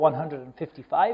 155